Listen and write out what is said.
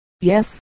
Yes